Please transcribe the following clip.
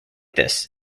this